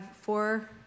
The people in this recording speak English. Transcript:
four